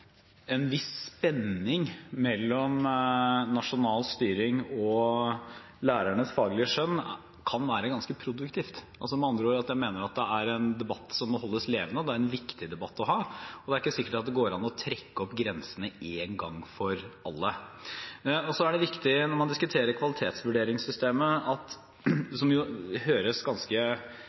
en viss spenning mellom nasjonal styring og lærernes faglige skjønn kan være ganske produktivt. Med andre ord mener jeg at det er en debatt som må holdes levende, og det er en viktig debatt å ha. Og det er ikke sikkert at det går an å trekke opp grensene en gang for alle. Så er det viktig når man diskuterer kvalitetsvurderingssystemet – som jo høres ganske